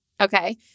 Okay